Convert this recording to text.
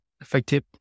effective